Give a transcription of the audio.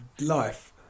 life